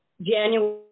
January